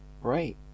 Right